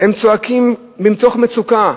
הם צועקים מתוך מצוקה.